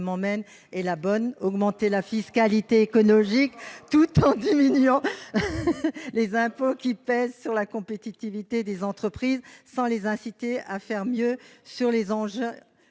:... Ah ?... augmenter la fiscalité écologique tout en diminuant les impôts qui pèsent sur la compétitivité des entreprises pour les inciter à relever les enjeux